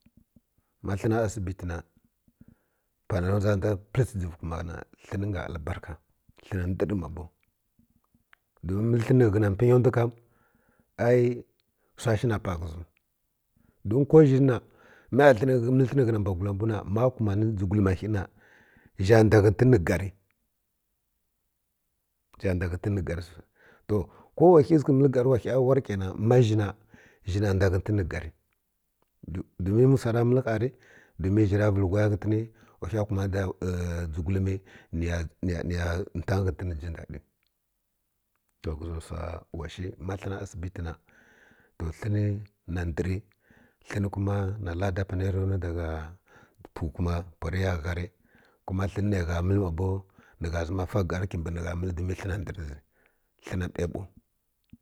Ma hə na asibi tə na pana rə dʒa dʒa dʒəvə kuma ha hən nga albarka hən ndər mama bow don mdi hən bə ghə na pənyi ndw kamai wsa shi na pa ghə ziw don ko zhi na ma hə məi hən məl hən rə ghə na mbw gula mbw na ma kuman dʒigulm ma va ghə nu zha nda ghətən rə gar zha nda ghərən rə gar to ko wa ghə səkə məl gar wa ghə warke na ma zhi na zhi na nda ghətən rə gar domin wu wsa ra məl gha rə domin zhi ra vəl whai ghətən wa ghə kuman da dʒigulmi na niya niya ntang ghətən rə jən daɗi to ghə zi wsa wa ʒhi ma həna asibi tə na to həni na ndəri hən kuma nə ladda pana aja rə nuwi dagha pili kuma pwari ya gha rə kuma hən nə gha məl mna bow nə gha zəma fa gar kibi nə gha məl domin hən na ndər zi hən na bə baw.